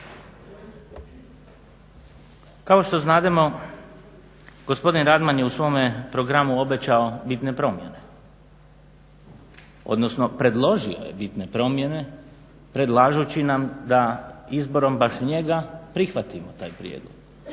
Kao što znademo, gospodin Radman je u svom programu obećao bitne promjene, odnosno predložio je bitne promjene predlažući nam da izborom baš njega prihvatimo taj prijedlog.